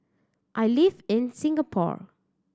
I live in Singapore